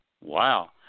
Wow